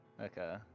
Okay